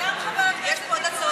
גברתי,